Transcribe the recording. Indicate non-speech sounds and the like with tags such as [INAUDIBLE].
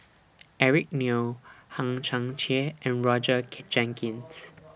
Eric Neo Hang Chang Chieh and Roger [NOISE] Jenkins